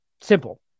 simple